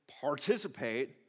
participate